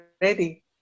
ready